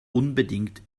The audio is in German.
unbedingt